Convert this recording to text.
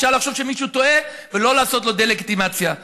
אפשר לחשוב שמישהו טועה ולא לעשות לו דה-לגיטימציה.